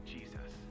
Jesus